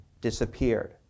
disappeared